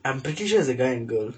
I'm pretty sure it's a guy and girl